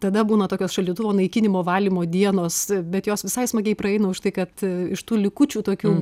tada būna tokios šaldytuvo naikinimo valymo dienos bet jos visai smagiai praeina už tai kad iš tų likučių tokių